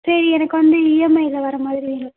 சரி எனக்கு வந்து இஎம்ஐயில் வர மாதிரி வேணும்